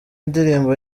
ndirimbo